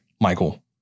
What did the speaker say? michael